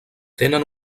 tenen